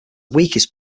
weakest